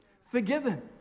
forgiven